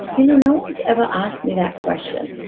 you know, no one's ever asked me that question,